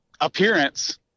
Appearance